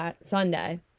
Sunday